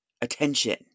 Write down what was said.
attention